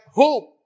hope